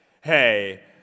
hey